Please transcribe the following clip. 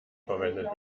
verwendet